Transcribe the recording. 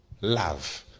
love